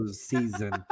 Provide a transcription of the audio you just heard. season